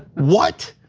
what?